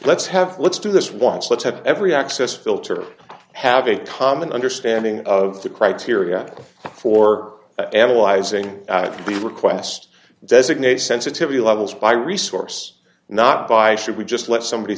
let's have let's do this once let's have every access filter have a common understanding of the criteria for analyzing the request designate sensitivity levels by resource not by should we just let somebody